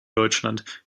deutschland